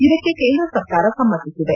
ಇದಕ್ಕೆ ಕೇಂದ್ರ ಸರಕಾರ ಸಮ್ನತಿಸಿದೆ